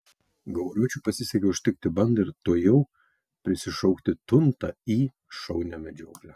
gauruočiui pasisekė užtikti bandą ir tuojau prisišaukti tuntą į šaunią medžioklę